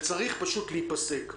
זה צריך פשוט להיפסק.